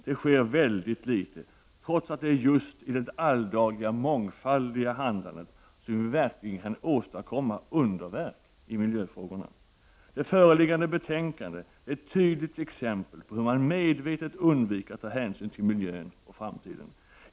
Det sker väldigt litet, trots att det är just i det alldagliga mångfaldiga handlandet som vi verkligen kan åstadkomma underverk i miljöfrågorna. Det föreliggande betänkandet är ett tydligt exempel på att man medvetet undviker att ta hänsyn till miljön och framtiden.